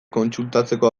kontsultatzeko